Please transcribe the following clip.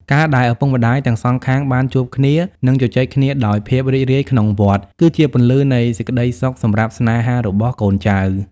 ការដែលឪពុកម្ដាយទាំងសងខាងបានជួបគ្នា និងជជែកគ្នាដោយភាពរីករាយក្នុងវត្ត គឺជាពន្លឺនៃសេចក្ដីសុខសម្រាប់ស្នេហារបស់កូនចៅ។